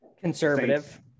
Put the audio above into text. conservative